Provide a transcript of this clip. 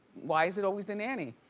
why is it always the nanny?